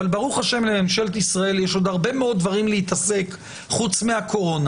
אבל ברוך השם לממשלת ישראל יש עוד הרבה מאוד דברים להתעסק חוץ מהקורונה.